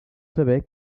saber